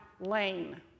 Lane